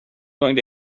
going